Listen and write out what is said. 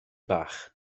bach